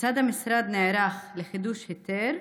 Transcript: כיצד המשרד נערך לחידוש היתר,